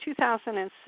2006